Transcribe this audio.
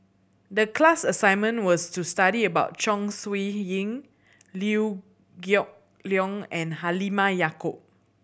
the class assignment was to study about Chong Siew Ying Liew Geok Leong and Halimah Yacob